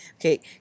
okay